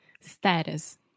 Status